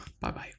Bye-bye